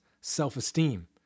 self-esteem